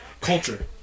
Culture